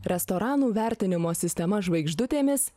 restoranų vertinimo sistema žvaigždutėmis